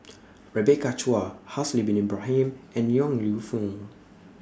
Rebecca Chua Haslir Bin Ibrahim and Yong Lew Foong